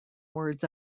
words